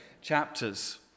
chapters